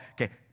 Okay